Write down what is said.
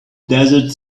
desert